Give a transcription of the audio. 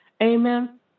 Amen